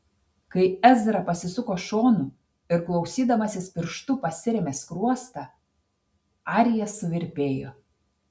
kai ezra pasisuko šonu ir klausydamasis pirštu pasirėmė skruostą arija suvirpėjo